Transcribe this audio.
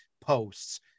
posts